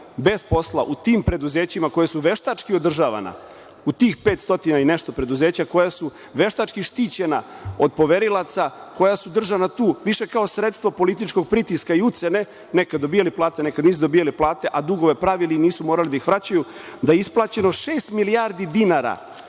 bez posla u tim preduzećima koji su veštački održavana u tih pet stotina i nešto preduzeća koja su veštački štićena, od poverilaca koja su držana tu više kao sredstvo političkog pritiska i ucene nekad dobijali plate, nekad nisu dobijali plate, a dugove pravili i nisu morali da ih vraćaju, da je isplaćeno šest milijardi dinara